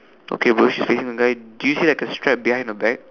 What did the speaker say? okay bro she's facing the guy do you see like a strap behind her back